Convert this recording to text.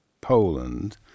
poland